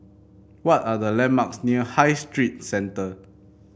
what are the landmarks near High Street Centre